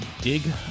dig